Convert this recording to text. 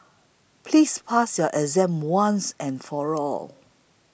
please pass your exam once and for all